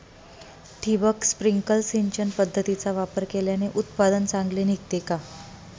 ठिबक, स्प्रिंकल सिंचन पद्धतीचा वापर केल्याने उत्पादन चांगले निघते का?